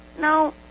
no